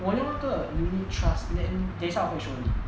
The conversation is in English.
我用那个 unit trust then 等一下我会 show 你